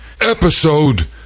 episode